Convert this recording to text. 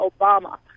Obama